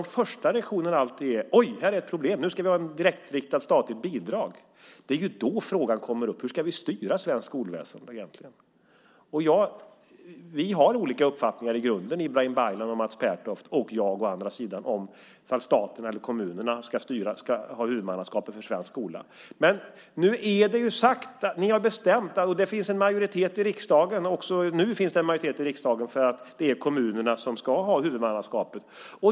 Om första reaktionen alltid är att här är ett problem och nu ska vi ha ett direktriktat statligt bidrag, kommer frågan upp om hur vi egentligen ska styra svenskt skolväsende. Vi har olika uppfattningar i grunden, Ibrahim Baylan och Mats Pertoft å ena sidan och jag å andra sidan, om ifall staten eller kommunerna ska ha huvudmannaskapet för svensk skola. Men ni har bestämt detta, och det finns även nu en majoritet i riksdagen för att det är kommunerna som ska ha huvudmannaskapet.